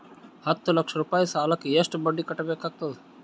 ಹತ್ತ ಲಕ್ಷ ರೂಪಾಯಿ ಸಾಲಕ್ಕ ಎಷ್ಟ ಬಡ್ಡಿ ಕಟ್ಟಬೇಕಾಗತದ?